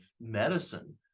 medicine